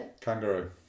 Kangaroo